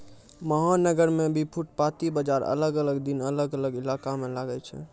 महानगर मॅ भी फुटपाती बाजार अलग अलग दिन अलग अलग इलाका मॅ लागै छै